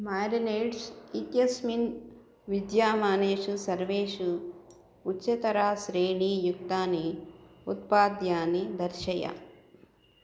marinades इत्यस्मिन् विद्यमानेषु सर्वेषु उच्चतराश्रीणीयुक्तानि उत्पाद्यानि दर्शय